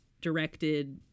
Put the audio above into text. directed